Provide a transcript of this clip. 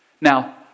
Now